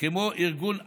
כמו ארגון אמב"י,